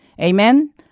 Amen